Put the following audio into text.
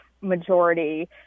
majority